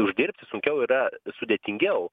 uždirbti sunkiau yra sudėtingiau